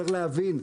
צריך להבין,